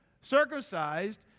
circumcised